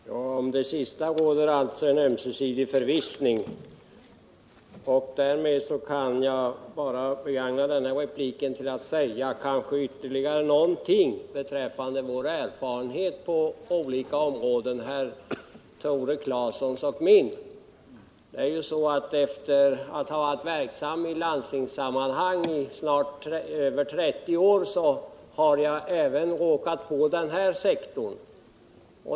Herr talman! Om det sista råder alltså en ömsesidig förvissning. Därmed kan jag begagna denna replik till att säga ytterligare någonting om Tore Claesons och mina erfarenheter på olika områden. Efter att ha varit verksam i landstingssammanhang i över 30 år har jag även råkat på denna sektor.